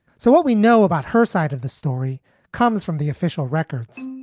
so what we know about her side of the story comes from the official records